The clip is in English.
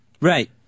Right